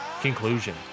Conclusion